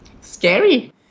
scary